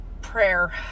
prayer